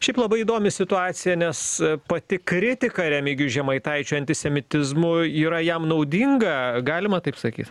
šiaip labai įdomi situacija nes pati kritika remigijui žemaitaičiui antisemitizmu yra jam naudinga galima taip sakyt